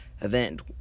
event